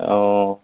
অঁ